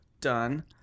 Done